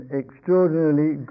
extraordinarily